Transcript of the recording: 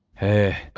hey!